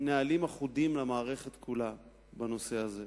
נהלים אחודים למערכת כולה בנושא הזה.